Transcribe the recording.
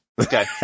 Okay